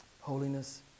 Holiness